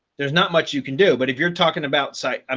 there's not much you can do. but if you're talking about site, um